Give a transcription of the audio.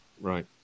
Right